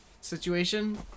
situation